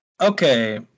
Okay